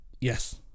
Yes